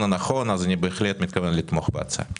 הנכון אז אני בהחלט מתכוון לתמוך בהצעה.